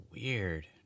Weird